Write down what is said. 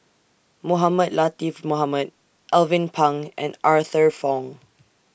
Mohamed Latiff Mohamed Alvin Pang and Arthur Fong